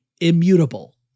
immutable